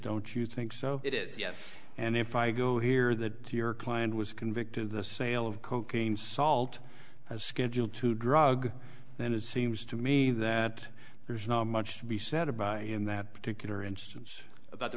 don't you think so it is yes and if i go here that your client was convicted the sale of cocaine salt as scheduled to drug then it seems to me that there's not much to be said about in that particular instance about t